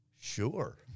Sure